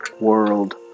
world